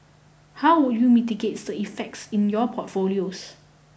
how would you mitigate the effects in your portfolios